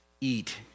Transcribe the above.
Eat